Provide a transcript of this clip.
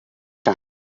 time